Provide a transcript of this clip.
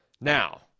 Now